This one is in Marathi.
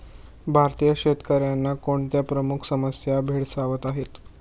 भारतीय शेतकऱ्यांना कोणत्या प्रमुख समस्या भेडसावत आहेत?